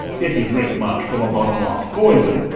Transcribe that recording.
if you drink much from a bottle marked poison,